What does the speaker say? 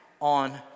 on